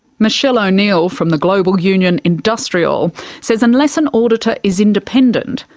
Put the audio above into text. michele o'neil from the global union industriall says unless an auditor is independent,